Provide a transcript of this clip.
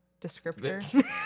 descriptor